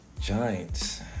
Giants